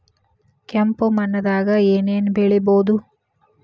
ಕೆಂಪು ಮಣ್ಣದಾಗ ಏನ್ ಏನ್ ಬೆಳಿಬೊದು?